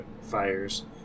fires